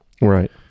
Right